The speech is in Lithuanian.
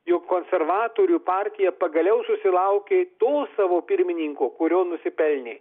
jog konservatorių partija pagaliau susilaukė to savo pirmininko kurio nusipelnė